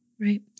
right